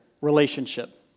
relationship